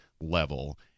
level